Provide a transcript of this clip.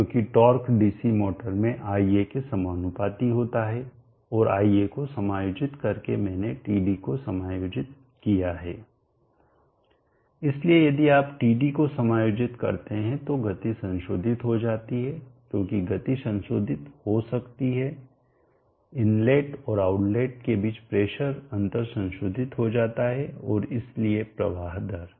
क्योंकि torque DC motor में ia के समानुपाती होता है और ia को समायोजित करके मैंने Td को समायोजित किया है इसलिए यदि आप Td को समायोजित करते हैं तो गति संशोधित हो जाती है क्योंकि गति संशोधित हो जाती है इनलेट और आउटलेट के बीच प्रेशर अंतर संशोधित हो जाता है और इसलिए प्रवाह दर